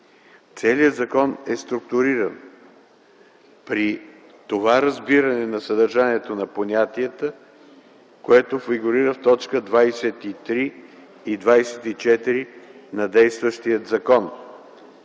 Целият закон е структуриран при това разбиране на съдържанието на понятията, което фигурира в т. 23 и 24 на действащия закон